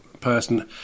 person